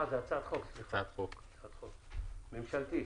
הצעת חוק ממשלתית.